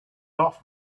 off